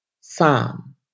Psalm